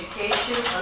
education